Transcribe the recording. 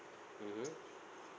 mmhmm